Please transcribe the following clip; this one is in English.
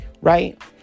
Right